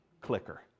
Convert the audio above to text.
clicker